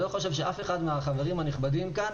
אני לא חושב שאף אחד מהחברים הנכבדים כאן,